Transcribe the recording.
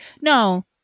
No